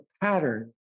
pattern